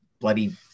bloody